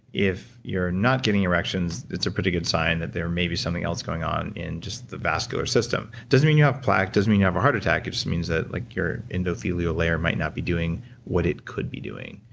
if you're not getting erections it's a pretty good sign that there may be something else going on in just the vascular system. it doesn't mean you have plaque, it doesn't mean you have a heart attack, it just means that like your endothelial layer might not be doing what it could be doing.